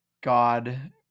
God